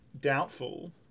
doubtful